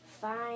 Fine